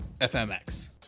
FMX